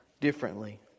differently